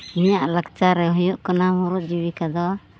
ᱤᱧᱟᱹᱜ ᱞᱟᱠᱪᱟᱨ ᱨᱮ ᱦᱩᱭᱩᱜ ᱠᱟᱱᱟ ᱢᱩᱬᱩᱫ ᱡᱤᱵᱤᱠᱟ ᱫᱚ